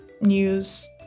news